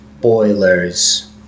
boilers